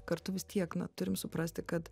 kartu vis tiek na turim suprasti kad